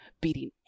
beating